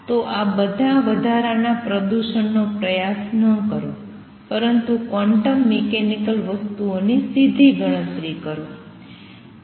તો આ બધા વધારાના પ્રદૂષણનો પ્રયાસ ન કરો પરંતુ ક્વોન્ટમ મિકેનિકલ વસ્તુઓ ની સીધી ગણતરી કરો